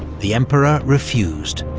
the emperor refused.